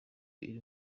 iri